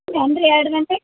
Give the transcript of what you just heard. ಅಂದರೆ ಎರಡು ಗಂಟೆ